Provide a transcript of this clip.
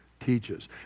teaches